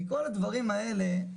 מכל הדברים האלה,